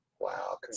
Wow